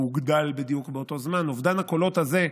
שהוגדל בדיוק באותו זמן, אובדן הקולות הזה,